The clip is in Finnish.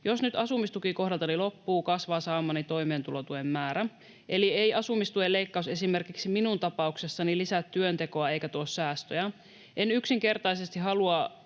Jos nyt asumistuki kohdaltani loppuu, kasvaa saamani toimeentulotuen määrä. Eli ei asumistuen leikkaus esimerkiksi minun tapauksessani lisää työntekoa eikä tuo säästöjä. En yksinkertaisesti halua